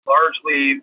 Largely